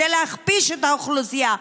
כדי להכפיש את האוכלוסייה,